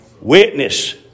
Witness